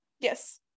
Yes